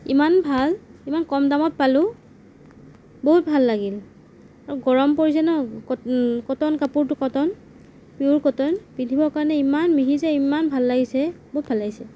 ইমান ভাল ইমান কম দামত পালোঁ বহুত ভাল লাগিল আৰু গৰম কৰিছে কটন কাপোৰটো কটন পিউৰ কটন পিন্ধিবৰ কাৰণে ইমান মিহি যে ইমান ভাল লাগিছে বহুত ভাল লাগিছে